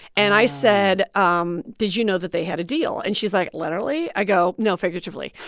and i said, um did you know that they had a deal? and she's like literally? i go no, figuratively.